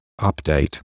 update